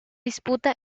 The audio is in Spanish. disputa